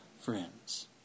friends